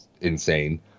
insane